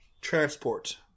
transport